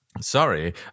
Sorry